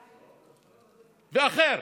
ואחר,